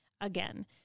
again